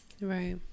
Right